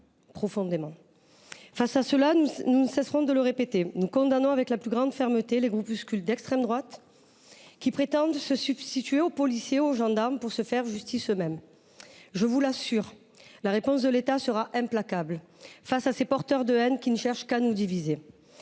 profondément. Nous ne cesserons de le répéter, nous condamnons avec la plus grande fermeté les groupuscules d’extrême droite, qui prétendent se substituer aux policiers ou aux gendarmes pour se faire justice eux mêmes. Je vous l’assure, la réponse de l’État sera implacable face à ces porteurs de haine, qui ne cherchent qu’à nous diviser.